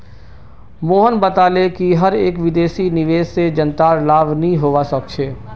मोहन बताले कि हर एक विदेशी निवेश से जनतार लाभ नहीं होवा सक्छे